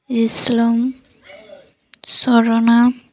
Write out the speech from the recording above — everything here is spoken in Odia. ଇସଲାମ ସରନା